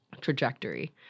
trajectory